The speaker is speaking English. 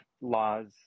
laws